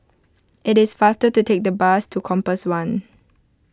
it is faster to take the bus to Compass one